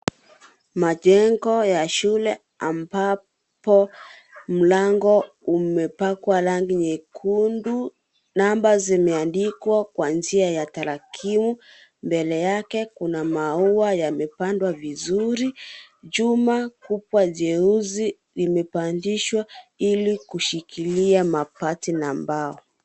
Majengo ya shule ambapo mlango umepakwa rangi nyekundu ,namba zimeandikwa Kwa njia ya tarakimu, mbele yake kuna maua yamepadwa vizuri, chuma kubwa jeusi imepandishwa iko kushikilia mabati na mbao.